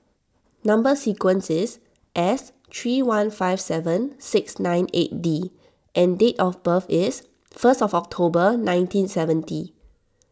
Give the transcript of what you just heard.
Number Sequence is S three one five seven six nine eight D and date of birth is first of October nineteen seventy